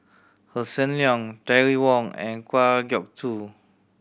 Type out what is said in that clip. Hossan Leong Terry Wong and Kwa Geok Choo